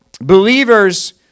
believers